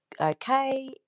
okay